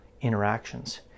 interactions